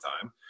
time